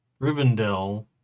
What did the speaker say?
Rivendell